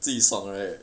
自己爽 right